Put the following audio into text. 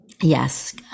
yes